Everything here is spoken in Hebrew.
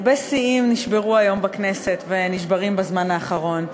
הרבה שיאים נשברו היום בכנסת ונשברים בזמן האחרון.